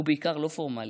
הוא בעיקר לא פורמלי.